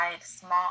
Small